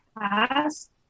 past